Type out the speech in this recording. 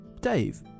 dave